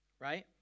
right